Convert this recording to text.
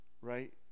right